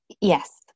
Yes